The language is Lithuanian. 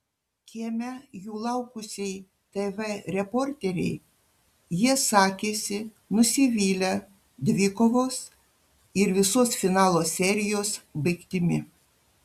kieme jų laukusiai tv reporterei jie sakėsi nusivylę dvikovos ir visos finalo serijos baigtimi